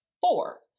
four